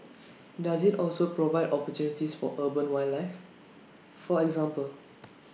does IT also provide opportunities for urban wildlife for example